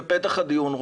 בפתח הדיון,